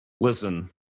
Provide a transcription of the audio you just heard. listen